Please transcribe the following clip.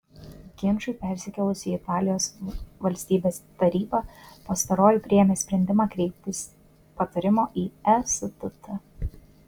ginčui persikėlus į italijos valstybės tarybą pastaroji priėmė sprendimą kreiptis patarimo į estt